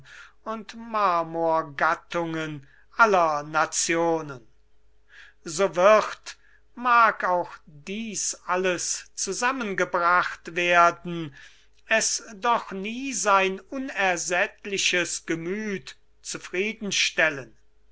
und marmorgattungen aller nationen so wird mag auch dies alles zusammengebracht werden es doch nie sein unersättliches gemüth